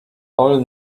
all